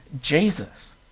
Jesus